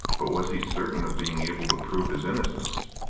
but was he certain of being able to prove his innocence?